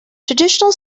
traditional